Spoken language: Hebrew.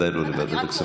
בוודאי לא לוועדת הכספים.